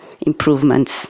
improvements